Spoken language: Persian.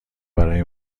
برای